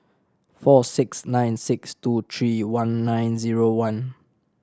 four six nine six two three one nine zero one